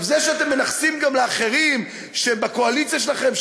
זה שאתם מנכסים גם אחרים שהם בקואליציה שלכם,